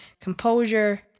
Composure